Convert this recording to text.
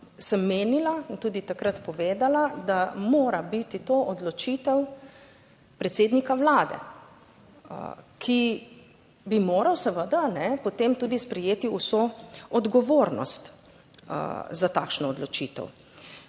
sem menila in tudi takrat povedala, da mora biti to odločitev predsednika Vlade, ki bi moral seveda potem tudi sprejeti vso odgovornost za takšno odločitev.